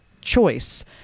choice